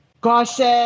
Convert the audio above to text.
Gossip